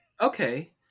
Okay